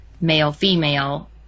male-female